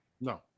No